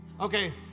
okay